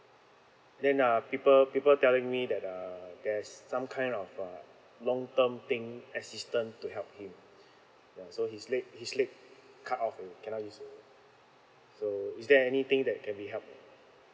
then uh people people telling me that uh there's some kind of a long term thing assistance to help him uh so his leg his leg cut off already cannot use so is there anything that can be helped